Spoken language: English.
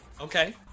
Okay